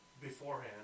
Beforehand